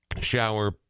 shower